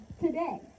today